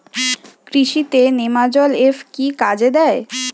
কৃষি তে নেমাজল এফ কি কাজে দেয়?